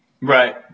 Right